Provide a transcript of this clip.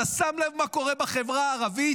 אתה שם לב מה קורה בחברה הערבית?